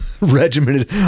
regimented